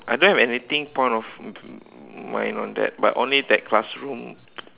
I don't have anything point of mind on that but only that classroom